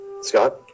Scott